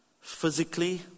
physically